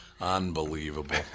Unbelievable